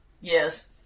Yes